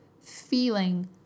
feeling